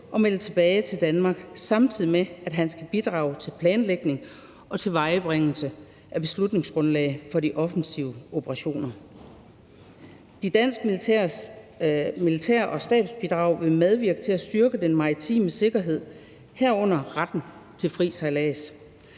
og melde tilbage til Danmark, samtidig med at han skal bidrage til planlægning og tilvejebringelse af et beslutningsgrundlag for de offensive operationer. De danske militære bidrag og stabsbidrag vil medvirke til at styrke den maritime sikkerhed, herunder retten til fri sejlads.